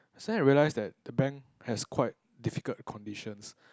yesterday I realize that the bank has quite difficult conditions